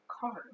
card